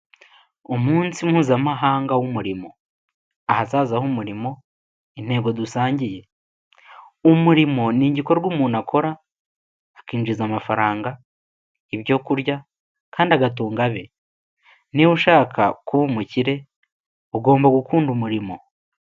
Umunsi mpuzamahanga w'umurimo, ahazaza h'umurimo intego dusangiye, umurimo ni igikorwa umuntu akora akinjiza amafaranga, ibyo kurya kandi agatunga abe, niba ushaka kuba umukire ugomba gukunda umurimo.